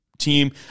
Team